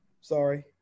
Sorry